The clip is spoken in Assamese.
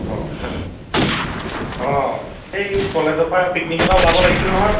অঁ অঁ এই কলেজৰপৰা পিকনিক এটা ওলাব লাগিছিল নহয়